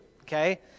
okay